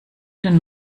den